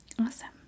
Awesome